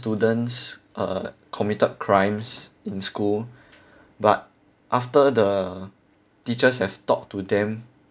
students uh committed crimes in school but after the teachers have talked to them